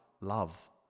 love